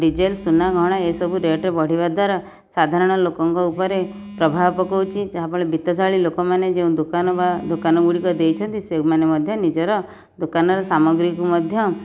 diesel ସୁନାଗହଣା ଏସବୁ rate ବଢ଼ିବା ଦ୍ୱାରା ସାଧାରଣ ଲୋକଙ୍କ ଉପରେ ପ୍ରଭାବ ପକଉଛି ଯାହାଫଳରେ ବିତ୍ତଶାଳୀ ଲୋକମାନେ ଦୋକାନ ବା ଦୋକାନ ଗୁଡ଼ିକ ଦେଇଛନ୍ତି ସେମାନେ ମଧ୍ୟ ନିଜର ଦୋକାନର ସାମଗ୍ରୀକୁ ମଧ୍ୟ